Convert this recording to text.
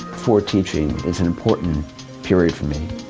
for teaching, is an important period for me.